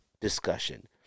discussion